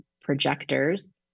projectors